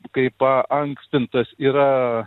kai paankstintas yra